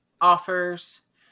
offers